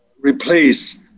replace